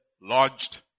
lodged